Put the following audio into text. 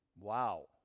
Wow